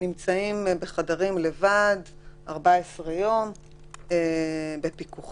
שנמצאים 14 יום לבד בחדרים, בפיקוחה.